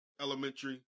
elementary